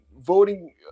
voting